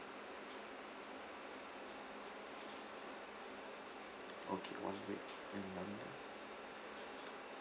okay one week in london